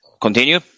Continue